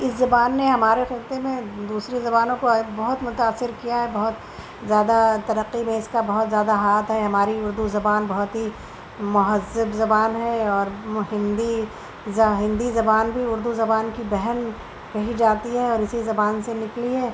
اس زبان نے ہمارے خطّے میں دوسری زبانوں کو بہت متاثر کیا ہے بہت زیادہ ترقی میں اس کا بہت زیادہ ہاتھ ہے ہماری اردو زبان بہت ہی مہذب زبان ہے اور ہندی ہندی زبان بھی اردو زبان کی بہن کہی جاتی ہے اور اسی زبان سے نکلی ہے